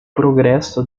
progresso